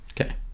Okay